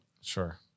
Sure